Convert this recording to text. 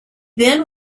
then